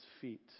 feet